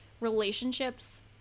relationships